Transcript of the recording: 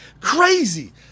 crazy